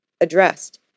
addressed